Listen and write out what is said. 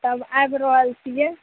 तब आबि रहल छियै